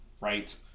right